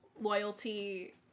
loyalty